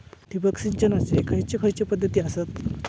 ठिबक सिंचनाचे खैयचे खैयचे पध्दती आसत?